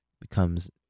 becomes